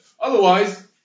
Otherwise